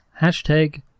hashtag